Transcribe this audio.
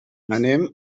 anem